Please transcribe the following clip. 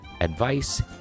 advice